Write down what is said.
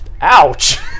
Ouch